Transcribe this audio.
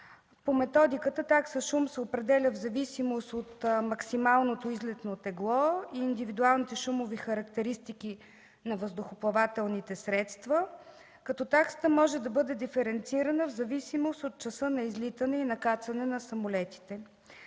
По методиката такса шум се определя в зависимост от максималното излетно тегло и индивидуалните шумови характеристики на въздухоплавателните средства, като таксата може да бъде диференцирана в зависимост от часа на излитане и на кацане на самолетите.